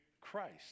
Christ